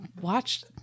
watch